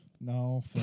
No